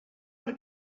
per